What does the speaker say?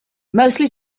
mostly